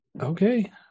okay